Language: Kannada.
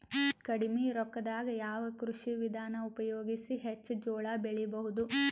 ಕಡಿಮಿ ರೊಕ್ಕದಾಗ ಯಾವ ಕೃಷಿ ವಿಧಾನ ಉಪಯೋಗಿಸಿ ಹೆಚ್ಚ ಜೋಳ ಬೆಳಿ ಬಹುದ?